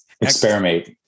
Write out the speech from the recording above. Experiment